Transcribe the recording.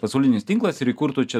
pasaulinis tinklas ir įkurtų čia